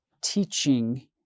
teaching